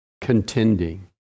contending